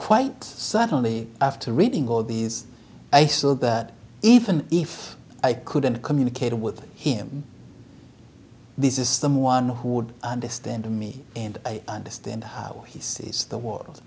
certainly after reading all these i saw that even if i couldn't communicate with him this is someone who would understand me and i understand how he sees the world